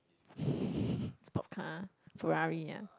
sports car Ferrari ah